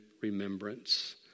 remembrance